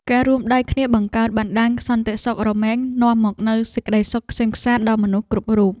ការរួមដៃគ្នាបង្កើតបណ្តាញសន្តិសុខរមែងនាំមកនូវសេចក្តីសុខក្សេមក្សាន្តដល់មនុស្សគ្រប់រូប។